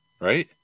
right